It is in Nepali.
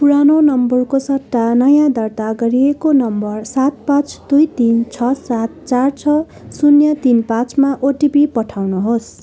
पुरानो नम्बरको सट्टा नयाँ दर्ता गरिएको नम्बर सात पाँच दुई तिन छ सात चार छ शून्य तिन पाँचमा ओटिपी पठाउनुहोस्